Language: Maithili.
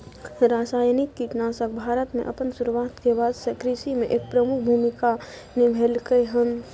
रासायनिक कीटनाशक भारत में अपन शुरुआत के बाद से कृषि में एक प्रमुख भूमिका निभलकय हन